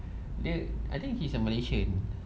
the I think he's a malaysian